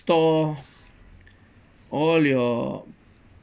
store all your